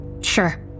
Sure